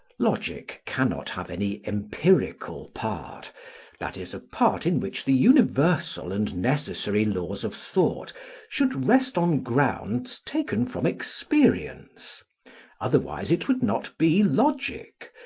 logic cannot have any empirical part that is, a part in which the universal and necessary laws of thought should rest on grounds taken from experience otherwise it would not be logic,